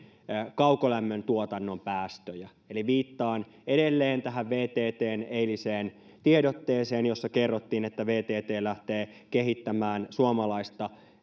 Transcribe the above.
kaukolämmön tuotannon päästöjä eli viittaan edelleen tähän vttn eiliseen tiedotteeseen jossa kerrottiin että vtt lähtee kehittämään suomalaista